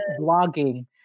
blogging